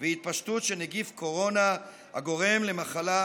והתפשטות של נגיף קורונה הגורם למחלה,